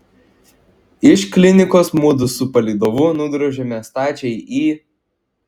iš klinikos mudu su palydovu nudrožėme stačiai į